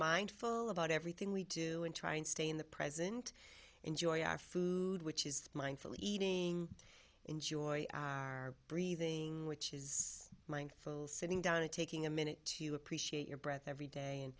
mindful about everything we do and try and stay in the present enjoy our food which is mindful eating enjoy our breathing which is mindful sitting down and taking a minute to appreciate your breath every day and